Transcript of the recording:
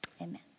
amen